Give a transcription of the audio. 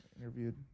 interviewed